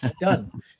done